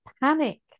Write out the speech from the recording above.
panic